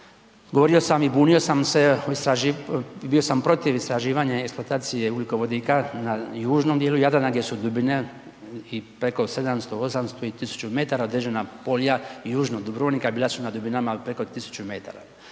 govorio sam i bunio sam se, bio sam protiv istraživanja i eksploatacije ugljikovodika na južnom djelu Jadrana gdje su dubine i preko 700, 800 i 1000 m, određena polja južnog Dubrovnika bila su na dubinama od preko 1000 m.